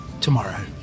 tomorrow